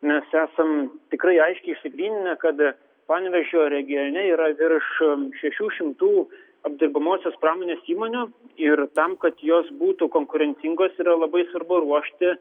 mes esam tikrai aiškiai išsigryninę kada panevėžio regione yra virš šešių šimtų apdirbamosios pramonės įmonių ir tam kad jos būtų konkurencingos yra labai svarbu ruošti